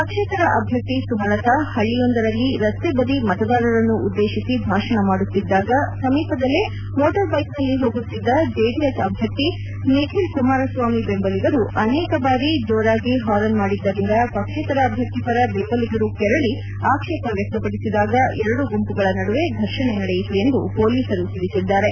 ಪಕ್ಷೇತರ ಅಭ್ಯರ್ಥಿ ಸುಮಲತಾ ಹಳ್ಳಿಯೊಂದರಲ್ಲಿ ರಸ್ತೆ ಬದಿ ಮತದಾರರನ್ನು ಉದ್ದೇತಿಸಿ ಭಾಷಣ ಮಾಡುತ್ತಿದ್ದಾಗ ಸಮೀಪದಲ್ಲೇ ಮೋಟಾರ್ಬೈಕ್ನಲ್ಲಿ ಹೋಗುತ್ತಿದ್ದ ಜೆಡಿಎಸ್ ಅಭ್ಯರ್ಥಿ ನಿಖಿಲ್ ಕುಮಾರಸ್ವಾಮಿ ಬೆಂಬಲಿಗರು ಅನೇಕ ಬಾರಿ ಜೋರಾಗಿ ಹಾರನ್ ಮಾಡಿದ್ದರಿಂದ ಪಕ್ಷೇತರ ಅಭ್ಯರ್ಥಿ ಪರ ದೆಂಬಲಿಗರು ಕೆರಳಿ ಆಕ್ಷೇಪ ವ್ಯಕ್ತಪಡಿಸಿದಾಗ ಎರಡೂ ಗುಂಪುಗಳ ನಡುವೆ ಫರ್ಷಣೆ ನಡೆಯಿತು ಎಂದು ಪೊಲೀಸರು ತಿಳಿಸಿದ್ದಾರೆ